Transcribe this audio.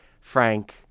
Frank